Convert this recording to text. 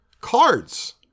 cards